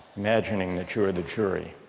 imagining that you are the jury.